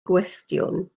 gwestiwn